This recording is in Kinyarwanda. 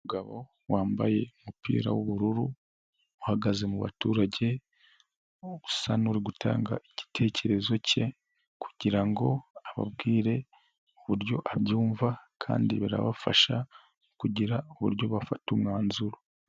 Umugabo wambaye umupira w'ubururu uhagaze mu baturage, usa n'uri gutanga igitekerezo ke kugira ngo ababwire uburyo abyumva kandi birabafasha kugira uburyo bafata umwanzuro.